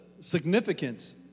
significance